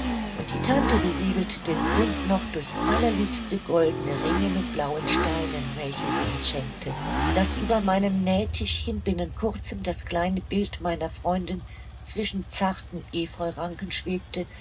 und die tante besiegelte den bund noch durch allerliebste goldne ringe mit blauen steinen welche sie uns schenkte daß über meinem nähtischchen binnen kurzem das kleine bild meiner freundin zwischen zarten epheuranken schwebte